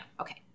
Okay